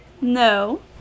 No